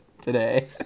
today